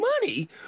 money